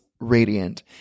radiant